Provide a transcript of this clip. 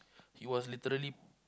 he was literally